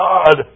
God